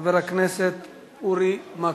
חבר הכנסת אורי מקלב.